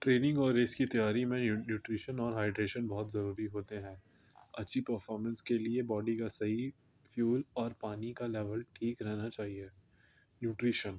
training اور race کی تیاری میں نیوٹریشن اور ہائیڈریشن بہت ضروری ہوتے ہیں اچھی پرفارمنس کے لیے باڈی کا صحیح فیول اور پانی کا لیول ٹھیک رہنا چاہیے نیوٹریشن